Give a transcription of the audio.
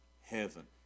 heaven